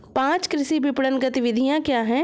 पाँच कृषि विपणन गतिविधियाँ क्या हैं?